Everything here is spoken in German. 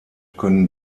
können